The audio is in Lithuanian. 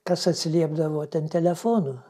kas atsiliepdavo ten telefonu